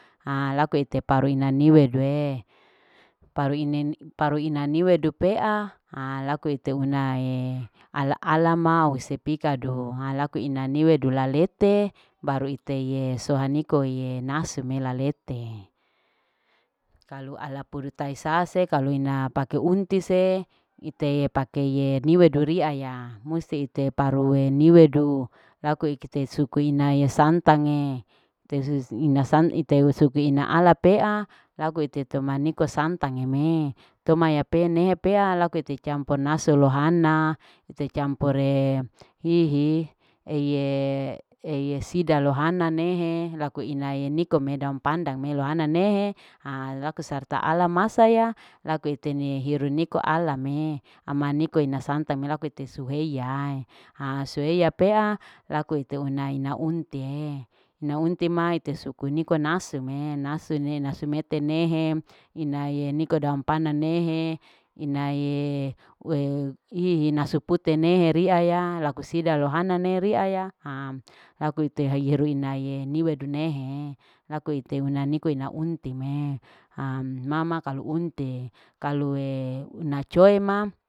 laku ite paru ina niwedue paru ine paru ina niwedue pea laku ite una ala ala mause pikadu ala inaniwedu la lete baru iteye sohaniko ye nasu melalete. Kalu ala pudu tai sase kalu ina pakeunti se ite pake ye niwedu ria ya musti ite paru ne niweidu laku ike te suke inae santange ite usupi ina ala pea lagu ite to maniko santange toma ya pe nehe ya pea laku ite campur nasu lohana ite campure hihi eye eye sida lohana nehe laku inaye nikome daun pandan me ne loha nehe laku serta ala masaya laku itene hiru niko alamee ama niko ina santange malaku te ya sueia yaa sueia pea laku ite una ina untie ina unti ma ite suku niko nasu me nasu ne. nasu mete nehe inaye niko daon panda nehe inaye ue ihi nasu pute nehe riaya laku sida lohana ne ria ya laku ite haro inaye niwedu nehe laku ite una niko ina untime mama kalu unti kalue una coe ma